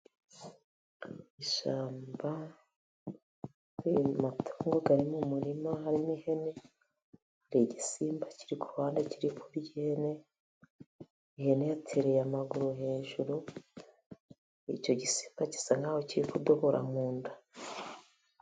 Ishyamba ririmo amatungo mu murima harimo ihene, hari igisimba kiri ku ruhande kiri kurya ihene, ihene itereye amaguru hejuru, icyo gisimba gisa nkaho kiri kudobora mu nda.